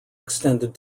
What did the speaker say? extended